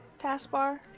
taskbar